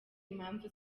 impamvu